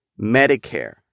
Medicare